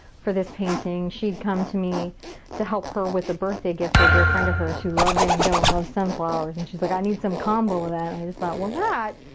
for this painting. she came to me to help her with a birthday gift for a dear friend of hers, who loves van gogh, and loves sunflowers and she's like, i need some combo of that and i just thought, well that,